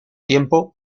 tiempo